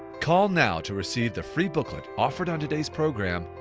call now to receive the free booklet offered on today's program,